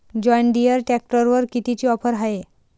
John Deere ट्रॅक्टरवर कितीची offer हाये?